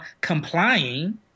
complying